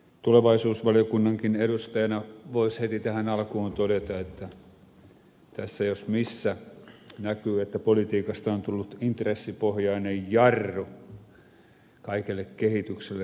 tulevaisuusvaliokunnankin edustajana voisi heti tähän alkuun todeta että tässä jos missä näkyy että politiikasta on tullut intressipohjainen jarru kaikelle syvemmälle kehitykselle